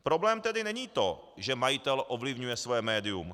Problém tedy není to, že majitel ovlivňuje svoje médium.